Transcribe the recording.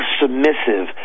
submissive